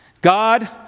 God